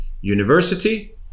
university